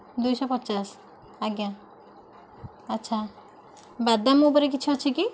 ଦୁଇ ଶହ ପଚାଶ ଆଜ୍ଞା ଆଛା ବାଦାମ ଉପରେ କିଛି ଅଛି କି